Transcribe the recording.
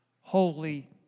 Holy